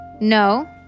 No